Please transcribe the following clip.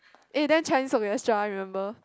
eh then Chinese Orchestra remember